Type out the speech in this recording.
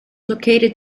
located